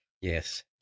Yes